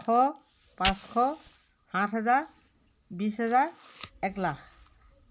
এশ পাঁচশ সাত হাজাৰ বিশ হাজাৰ এক লাখ